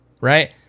right